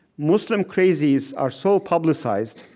muslim crazies are so publicized,